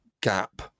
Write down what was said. gap